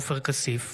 עופר כסיף,